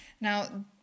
Now